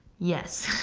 yes,